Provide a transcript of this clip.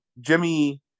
Jimmy